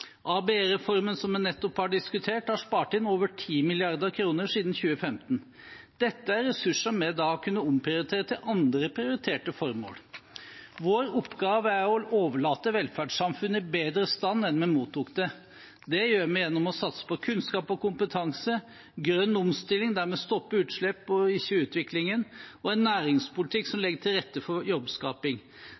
ABE-reformen, som vi nettopp har diskutert, har spart inn over 10 mrd. kr siden 2015. Dette er ressurser vi har kunnet omprioritere til andre formål. Vår oppgave er å gi fra oss velferdssamfunnet i bedre stand enn vi mottok det. Det gjør vi gjennom å satse på kunnskap og kompetanse, grønn omstilling der vi stopper utslippene og ikke utviklingen, og en næringspolitikk som legger til rette for jobbskaping.